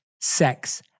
sex